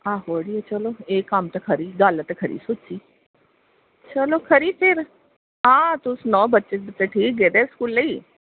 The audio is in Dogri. चलो खरी एह् गल्ल ते पक्की सोची ते चलो खरी फिर आं तुस सनाओ बच्चे ठीक गेदे स्कूलै गी